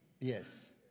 Yes